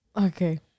Okay